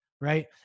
right